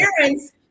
parents